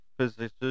physician's